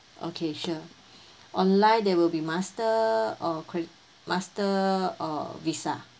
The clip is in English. Okay sure online there will be master or cred~ master or visa